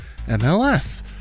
MLS